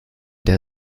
der